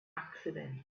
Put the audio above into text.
accident